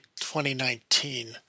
2019